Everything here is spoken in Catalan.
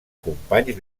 companys